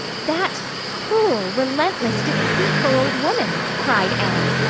that cruel, relentless, deceitful old woman! cried anne.